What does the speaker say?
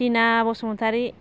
तिना बासुमतारि